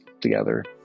together